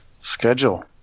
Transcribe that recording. schedule